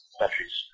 batteries